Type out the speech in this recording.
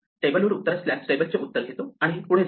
टेबलवर उत्तर असल्यास टेबलचे उत्तर घेतो आणि पुढे जाऊ